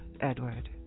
Edward